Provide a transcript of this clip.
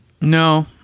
No